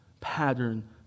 pattern